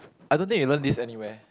I don't think you learn this anyway